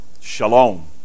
Shalom